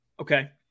Okay